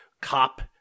cop